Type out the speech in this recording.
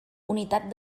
unitat